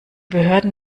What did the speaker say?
behörden